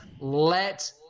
let